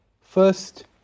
First